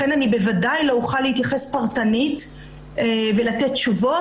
לכן אני בוודאי לא אוכל להתייחס פרטנית ולתת תשובות.